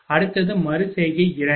அடுத்தது மறு செய்கை 2